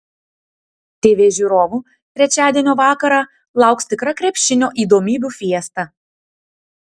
tv žiūrovų trečiadienio vakarą lauks tikra krepšinio įdomybių fiesta